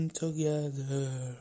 together